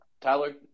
Tyler